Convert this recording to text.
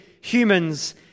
humans